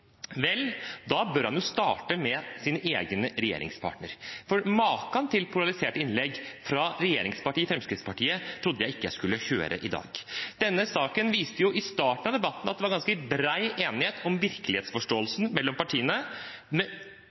Vel, da bør han jo starte med sin egen regjeringspartner, for maken til polariserte innlegg fra regjeringspartiet Fremskrittspartiet trodde jeg ikke jeg skulle få høre i dag. Starten av debatten om denne saken viste at det var ganske bred enighet om virkelighetsforståelsen mellom partiene – med